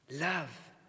Love